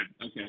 Okay